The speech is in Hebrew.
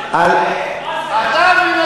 אתה מאיים?